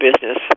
business